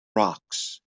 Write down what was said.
rocks